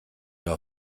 jahr